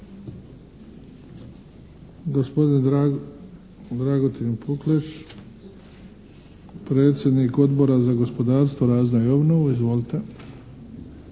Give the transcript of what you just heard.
Gospodin Dragutin Pukleš, predsjednik Odbora za gospodarstvo, razvoj i obnovu. Izvolite.